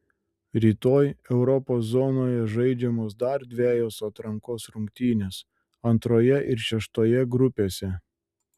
rytoj europos zonoje žaidžiamos dar dvejos atrankos rungtynės antroje ir šeštoje grupėse